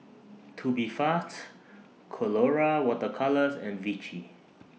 Tubifast Colora Water Colours and Vichy